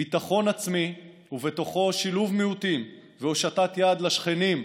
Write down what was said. ביטחון עצמי ובתוכו שילוב מיעוטים והושטת יד לשכנים,